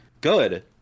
Good